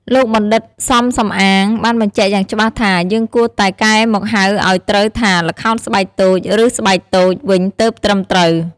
លោកបណ្ឌិត សំ សំអាង បានបញ្ជាក់យ៉ាងច្បាស់ថា យើងគួរតែកែមកហៅឱ្យត្រូវថា “ល្ខោនស្បែកតូច ឬ ស្បែកតូច” វិញទើបត្រឹមត្រូវ ។